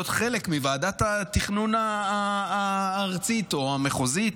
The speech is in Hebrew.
חלק מוועדת התכנון הארצית או המחוזית,